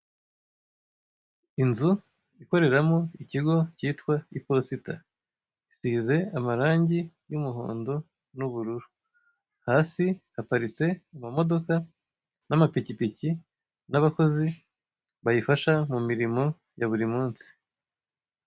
Inzu ikoreramo ikigo cyitwa iposita isize amarange y'umuhondo n'ubururu, hasi haparitse amamodoka n'amapikipiki n'abakozi bayifasha mu mirimo ya buri munsi.